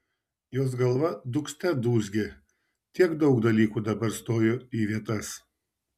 jos galva dūgzte dūzgė tiek daug dalykų dabar stojo į vietas